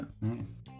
Nice